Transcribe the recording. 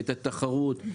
את התחרות,